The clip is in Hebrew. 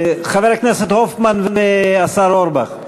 חבר הכנסת הופמן והשר אורבך.